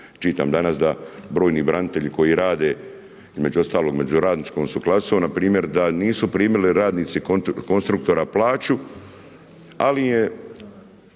čitam danas, da brojni branitelji koji rade, među ostalom među radničkom su klasom, npr. da nisu primili radnici konstruktora plaću, ali je